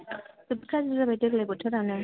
जोबोद गाज्रि जाबाय देग्लाय बोथोरानो